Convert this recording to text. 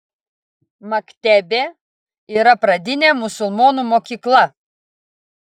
mektebė yra pradinė musulmonų mokykla